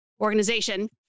organization